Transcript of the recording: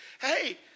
Hey